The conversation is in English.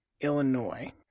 Illinois